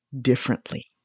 differently